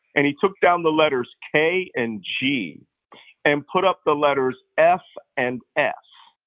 and he took down the letters k and g and put up the letters f and s,